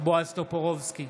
בועז טופורובסקי,